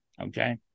Okay